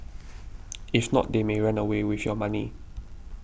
if not they may run away with your money